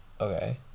Okay